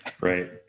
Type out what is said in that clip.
Right